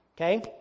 Okay